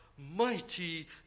Mighty